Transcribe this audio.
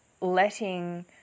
letting